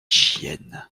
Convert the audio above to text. chiennes